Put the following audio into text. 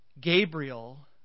Gabriel